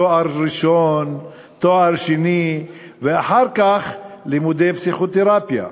תואר ראשון, תואר שני, ואחר כך לימודי פסיכותרפיה.